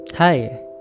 Hi